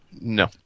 No